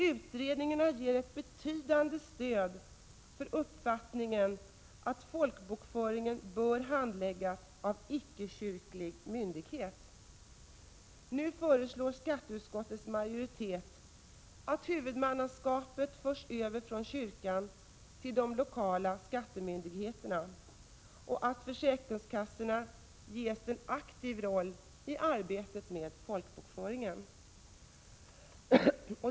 Utredningarna ger ett betydande stöd för uppfattning en att folkbokföringen bör handläggas av en icke-kyrklig myndighet. Nu föreslår skatteutskottets majoritet att huvudmannaskapet förs över från kyrkan till de lokala skattemyndigheterna och att försäkringskassorna ges en aktiv roll i arbetet med folkbokföringen.